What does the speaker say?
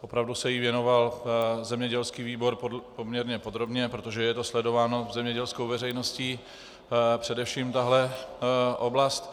Opravdu se jí věnoval zemědělský výbor poměrně podrobně, protože je to sledováno zemědělskou veřejností, především tahle oblast.